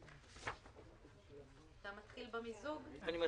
אני מתחיל במיזוג.